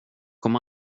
kom